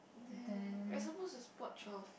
then we're supposed to spot twelve